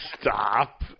Stop